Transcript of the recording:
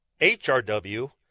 HRW